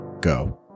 go